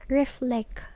reflect